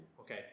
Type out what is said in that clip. okay